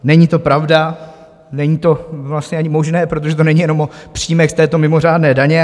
Není to pravda, není to vlastně ani možné, protože to není jenom o příjmech z této mimořádné daně.